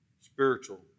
spiritual